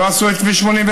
לא עשו את כביש 89,